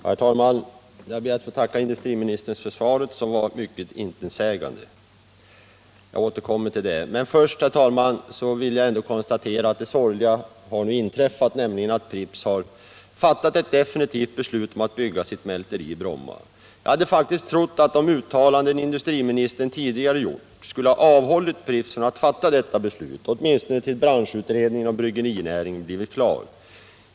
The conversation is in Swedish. Herr talman! Jag ber att få tacka industriministern för svaret, som var mycket intetsägande — jag återkommer till det. Först vill jag konstatera att det sorgliga nu har inträffat att Pripps har fattat ett definitivt beslut om att bygga sitt mälteri i Bromma. Jag hade faktiskt trott att de uttalanden som industriministern tidigare har gjort skulle ha avhållit Pripps från att fatta detta beslut, åtminstone tills branschutredningen om bryggerinäringen blivit klar.